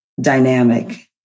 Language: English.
dynamic